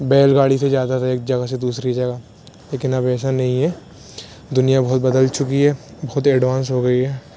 بیل گاڑی سے جاتا تھا ایک جگہ سے دوسری جگہ لیکن اب ایسا نہیں ہے دنیا بہت بدل چکی ہے بہت ایڈوانس ہو گئی ہے